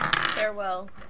Farewell